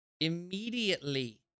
Immediately